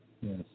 Yes